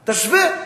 תשווה,